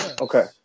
Okay